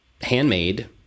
handmade